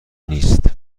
نیست